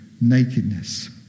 nakedness